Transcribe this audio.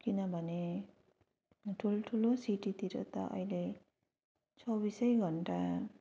किनभने ठुल्ठुलो सिटीतिर त अहिले चौबिसै घण्टा